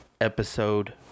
episode